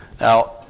Now